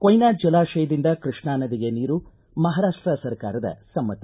ಕೊಯ್ನಾ ಜಲಾಶಯದಿಂದ ಕೃಷ್ಣಾ ನದಿಗೆ ನೀರು ಮಹಾರಾಷ್ಟ ಸರ್ಕಾರದ ಸಮ್ಮತಿ